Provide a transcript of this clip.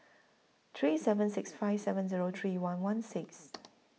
three seven six five seven Zero three one one six